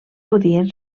podien